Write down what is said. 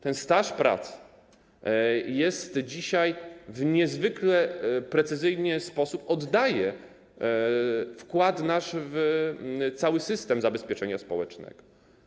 Ten staż pracy dzisiaj w niezwykle precyzyjny sposób oddaje nasz wkład w cały system zabezpieczenia społecznego.